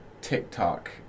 TikTok